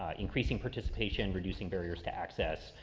ah increasing participation, reducing barriers to access,